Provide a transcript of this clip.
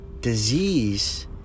Disease